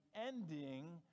ending